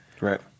Right